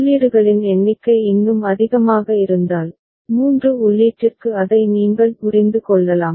உள்ளீடுகளின் எண்ணிக்கை இன்னும் அதிகமாக இருந்தால் 3 உள்ளீட்டிற்கு அதை நீங்கள் புரிந்து கொள்ளலாம்